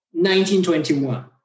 1921